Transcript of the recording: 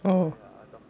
oh